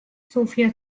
sophia